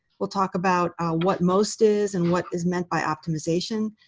we'll talk about what most is, and what is meant by optimization.